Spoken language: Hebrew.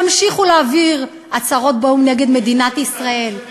תמשיכו להעביר הצהרות באו"ם נגד מדינת ישראל.